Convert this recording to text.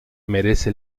merece